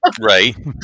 right